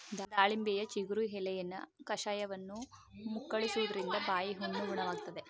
ದಾಳಿಂಬೆಯ ಚಿಗುರು ಎಲೆಯ ಕಷಾಯವನ್ನು ಮುಕ್ಕಳಿಸುವುದ್ರಿಂದ ಬಾಯಿಹುಣ್ಣು ಗುಣವಾಗ್ತದೆ